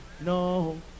No